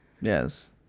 Yes